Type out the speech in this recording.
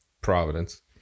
Providence